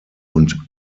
und